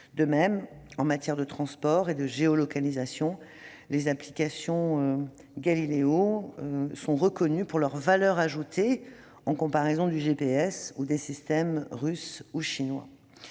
De même, en matière de transport et de géolocalisation, les applications de Galileo sont reconnues pour leur valeur ajoutée en comparaison du GPS ou des systèmes russes ou chinois.